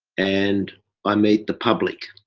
and i meet the public.